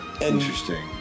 interesting